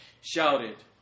shouted